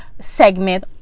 segment